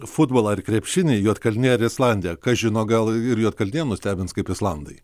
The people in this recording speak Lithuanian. futbolą ir krepšinį juodkalniją ir islandiją kas žino gal ir juodkalnija nustebins kaip islandai